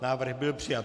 Návrh byl přijat.